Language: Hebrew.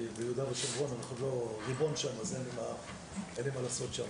כי ביהודה ושומרון אנחנו לא ריבון ואז אין לי מה לעשות שם.